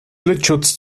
blitzschutz